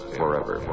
forever